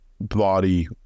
body